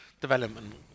Development